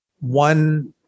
one